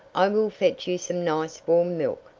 i will fetch you some nice, warm milk.